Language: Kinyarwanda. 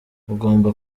ugomba